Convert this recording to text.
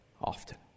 often